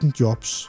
jobs